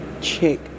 check